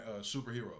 Superhero